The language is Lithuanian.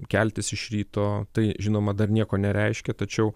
keltis iš ryto tai žinoma dar nieko nereiškia tačiau